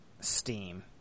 steam